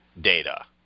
data